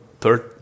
third